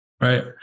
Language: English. right